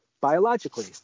biologically